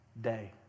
day